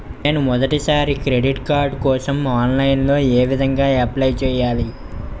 నేను మొదటిసారి credit card కోసం ఆన్లైన్ లో ఏ విధంగా అప్లై చేయాలి?